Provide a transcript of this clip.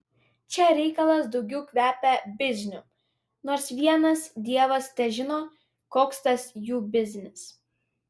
čia reikalas daugiau kvepia bizniu nors vienas dievas težino koks tas jų biznis